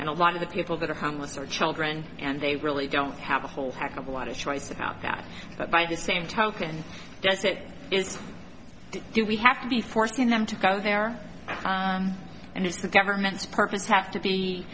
and a lot of the people that are homeless are children and they really don't have a whole heck of a lot of choice about that but by the same token does it is to do we have to be forcing them to go there and it's the government's purpose have to be